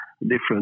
different